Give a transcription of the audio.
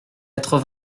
quatre